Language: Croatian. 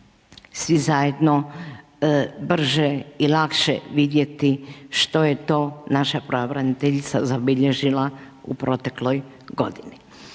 svi zajedno brže i lakše vidjeti što je to naša pravobraniteljica zabilježila u protekloj godini.